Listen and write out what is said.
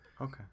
Okay